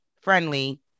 friendly